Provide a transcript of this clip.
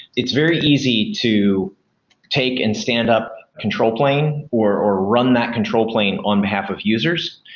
it's very easy to take and stand up control plane or or run that control plane on behalf of users.